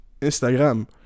instagram